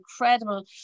incredible